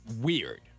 weird